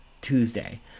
tuesday